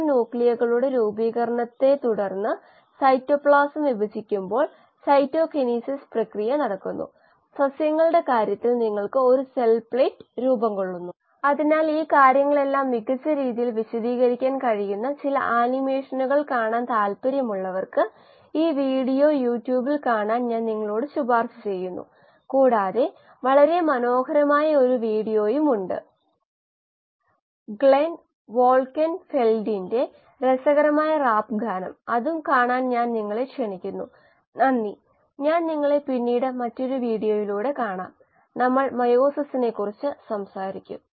ആയത്കൊണ്ട് അതുകൊണ്ട് ഏറ്റവും കുറഞ്ഞ വ്യാപ്തം ഇതാണ് മുകളിൽ പറഞ്ഞ സാഹചര്യങ്ങളിൽ ഒരു കീമോസ്റ്റാറ്റിൻറെ ഏറ്റവും കുറഞ്ഞ വ്യാപ്തം